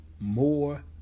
more